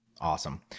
Awesome